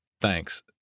Thanks